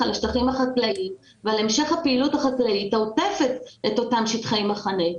על השטחים החקלאיים ועל המשך הפעילות החקלאית העוטפת את אותם שטחי מחנה.